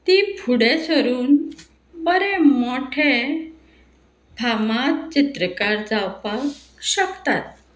तीं फुडें सरून बरे मोठे फामाद चित्रकार जावपाक शकतात